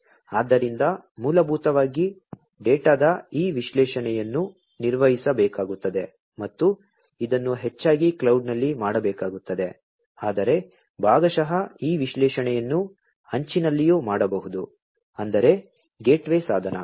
ಆದ್ದರಿಂದ ಮೂಲಭೂತವಾಗಿ ಡೇಟಾದ ಈ ವಿಶ್ಲೇಷಣೆಯನ್ನು ನಿರ್ವಹಿಸಬೇಕಾಗುತ್ತದೆ ಮತ್ತು ಇದನ್ನು ಹೆಚ್ಚಾಗಿ ಕ್ಲೌಡ್ನಲ್ಲಿ ಮಾಡಬೇಕಾಗುತ್ತದೆ ಆದರೆ ಭಾಗಶಃ ಈ ವಿಶ್ಲೇಷಣೆಯನ್ನು ಅಂಚಿನಲ್ಲಿಯೂ ಮಾಡಬಹುದು ಅಂದರೆ ಗೇಟ್ವೇ ಸಾಧನ